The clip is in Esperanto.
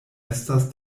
estas